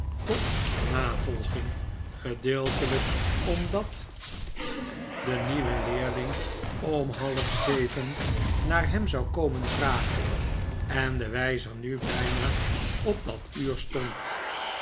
tot navolging gedeeltelijk omdat de nieuwe leerling om halfzeven naar hem zou komen vragen en de wijzer nu bijna op dat uur stond